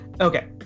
okay